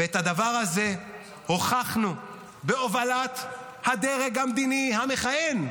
ואת הדבר זה הוכחנו בהובלת הדרג המדיני המכהן,